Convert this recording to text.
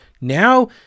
now